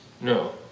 No